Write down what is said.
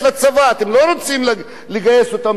אתם לא רוצים לגייס אותם לעבודה.